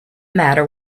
matter